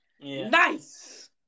nice